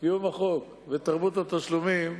קיום החוק ותרבות התשלומים,